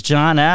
John